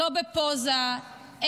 לא בפוזה,